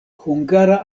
hungara